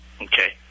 Okay